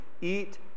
eat